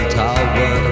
tower